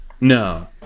No